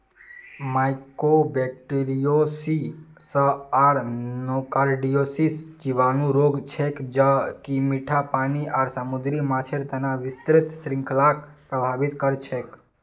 mycobacteriosis आर nocardiosis जीवाणु रोग छेक ज कि मीठा पानी आर समुद्री माछेर तना विस्तृत श्रृंखलाक प्रभावित कर छेक